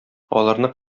аларны